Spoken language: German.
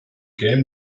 game